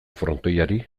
frontoiari